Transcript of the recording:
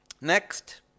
Next